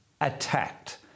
attacked